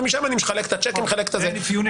ומשם אני מחלק את הצ'קים ומחלק את הכל.